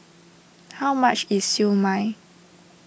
how much is Siew Mai